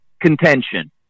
contention